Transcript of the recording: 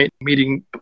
meeting